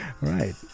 Right